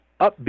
upbeat